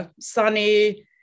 sunny